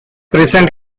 recent